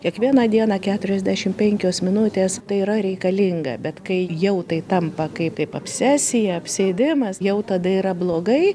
kiekvieną dieną keturiasdešim penkios minutės tai yra reikalinga bet kai jau tai tampa kaip obsesija apsėdimas jau tada yra blogai